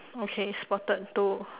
okay spotted two